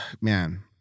man